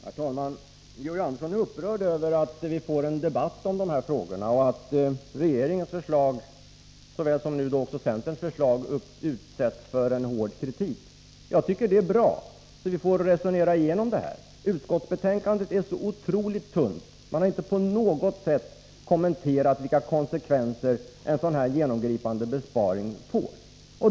Herr talman! Georg Andersson är upprörd över att vi får en debatt om dessa frågor och att regeringens förslag, liksom nu centerns förslag, utsätts för hård kritik. Jag tycker att det är bra — så att vi får resonera igenom detta. Utskottsbetänkandet är så otroligt tunt. Man har inte på något sätt kommenterat vilka konsekvenser en sådan här genomgripande besparing får.